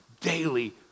daily